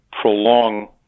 prolong